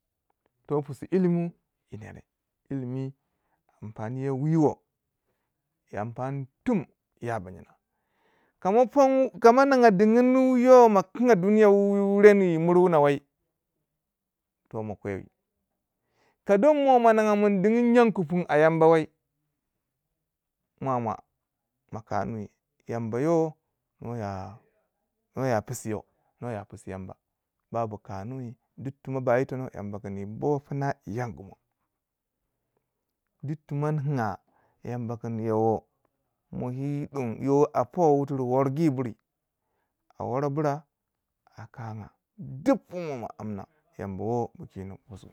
Toh pisu ilimi yi nere ilimi ampani yo wiyo yi ampani tum ya ba nyina, ka ma ponwi diyin yo ma kinga duniya wu reni wuyi mur wuna wai to ma kwewai ko don mo ma ninga kunka don nya ku pun a yamba wai mwamwa mo konu yi yamba wo no ya no ya pisiyo a pisu yamba babu kanuyi duk tima ba yitono yamba kun yin wo puna yin yangu mo duk ti mo kinga yamba kun yo wo a po wuturi worgi buri a woro bura a kanga duk pumo amna yamba wo yi kinon.